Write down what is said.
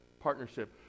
partnership